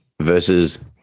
versus